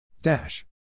dash